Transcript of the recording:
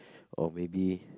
or maybe